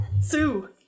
Sue